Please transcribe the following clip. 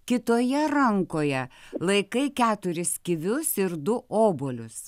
kitoje rankoje laikai keturis kivius ir du obuolius